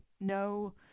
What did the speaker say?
no